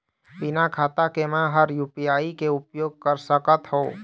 बिना खाता के म हर यू.पी.आई के उपयोग कर सकत हो?